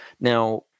Now